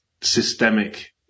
systemic